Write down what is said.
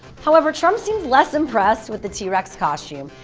however, trump seemed less impressed with the t-rex costume.